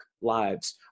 lives